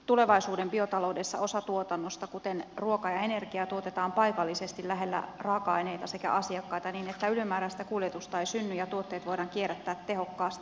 tulevaisuuden biotaloudessa osa tuotannosta kuten ruoka ja energia tuotetaan paikallisesti lähellä raaka aineita sekä asiakkaita niin että ylimääräistä kuljetusta ei synny ja tuotteet voidaan kierrättää tehokkaasti